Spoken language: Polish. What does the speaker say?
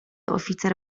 oficer